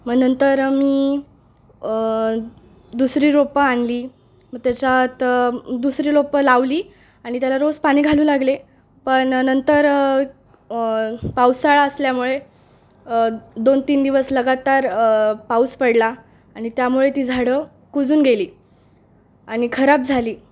मग नंतर मी दुसरी रोपं आणली मग त्याच्यात दुसरी रोपं लावली आणि त्याला रोस पाणी घालू लागले पण नंतर पावसाळा असल्यामुळे दोन तीन दिवस लगातार पाऊस पडला आणि त्यामुळे ती झाडं कुजून गेली आणि खराब झाली